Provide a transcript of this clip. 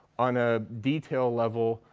on a detail level,